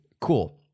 cool